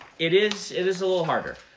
it is it is a little harder.